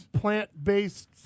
plant-based